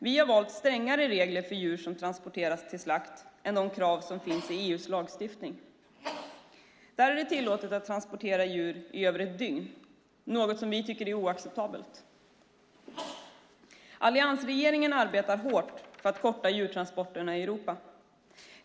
Vi har valt strängare regler för djur som transporteras till slakt än de krav som finns i EU:s lagstiftning. Där är det tillåtet att transportera djur i över ett dygn, något som vi tycker är oacceptabelt. Alliansregeringen arbetar hårt för att korta djurtransporterna i Europa.